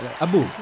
Abu